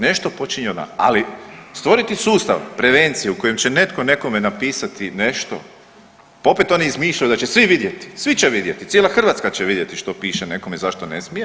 Nešto počinje … ali stvoriti sustav prevencije u kojem će netko nekome napisati nešto, pa opet oni izmišljaju da će svi vidjeti, svi će vidjeti, cijela Hrvatska će vidjeti što piše nekome zašto ne smije.